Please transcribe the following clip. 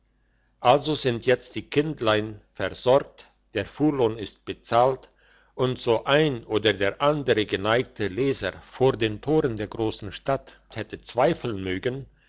also sind jetzt die kindlein versorgt der fuhrlohn ist bezahlt und so ein oder der andere geneigte leser vor den toren der grossen stadt hätte zweifeln mögen